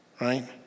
right